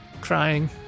Crying